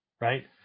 right